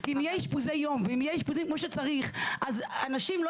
כי אם יהיו אשפוזי יום ויהיו אשפוזים כמו שצריך אז אנשים לא